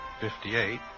Fifty-eight